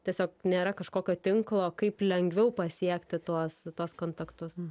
tiesiog nėra kažkokio tinklo kaip lengviau pasiekti tuos tuos kontaktus